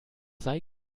sei